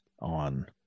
on